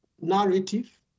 narrative